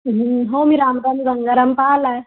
हो मी रामराम गंगाराम पाहिला आहे